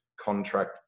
contract